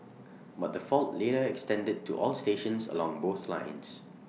but the fault later extended to all stations along both lines